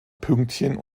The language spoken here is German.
pünktchen